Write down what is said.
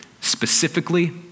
specifically